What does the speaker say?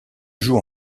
joue